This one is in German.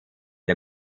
der